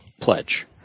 pledge